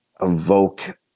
evoke